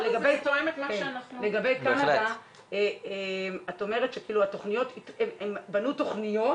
לגבי קנדה את אומרת שהם בנו תוכניות